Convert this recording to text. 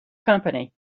company